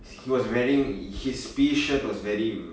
he was wearing his P_E shirt was very